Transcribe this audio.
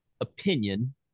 opinion